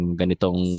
ganitong